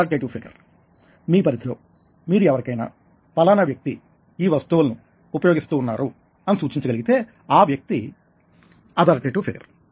authoritative figure మీ పరిధిలో మీరు ఎవరికైనా ఫలానా వ్యక్తి ఈ వస్తువులను ఉపయోగిస్తూ ఉన్నారు అని సూచించగగితే ఆ వ్యక్తి అధారిటేటివ్ ఫిగర్